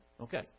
Okay